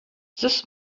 this